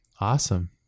Awesome